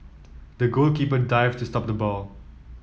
the goalkeeper dived to stop the ball